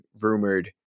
rumored